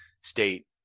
state